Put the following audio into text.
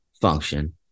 function